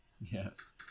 Yes